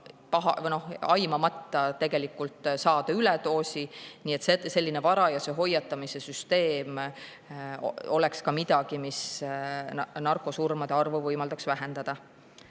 aimamata tegelikult saada üledoosi. Selline varajase hoiatamise süsteem oleks ka midagi, mis narkosurmade arvu võimaldaks vähendada.